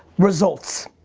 results.